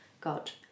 got